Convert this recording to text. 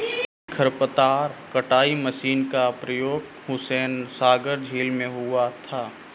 जलीय खरपतवार कटाई मशीन का प्रयोग हुसैनसागर झील में हुआ था